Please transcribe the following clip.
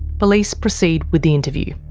police proceed with the interview.